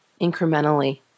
incrementally